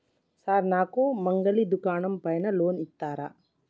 Sir నాకు మంగలి దుకాణం పైన లోన్ ఇత్తరా?